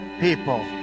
people